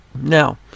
Now